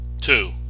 two